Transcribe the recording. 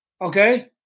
Okay